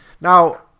Now